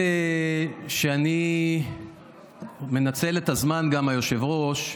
היא שאני מנצל את הזמן גם, היושב-ראש,